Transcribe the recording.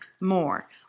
more